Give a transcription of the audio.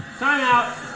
find out